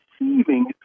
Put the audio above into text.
receiving